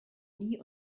nie